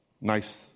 nice